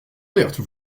verte